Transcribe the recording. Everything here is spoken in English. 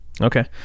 Okay